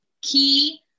key